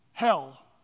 hell